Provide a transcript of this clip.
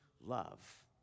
love